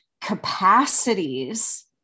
capacities